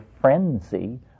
frenzy